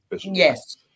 Yes